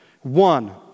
One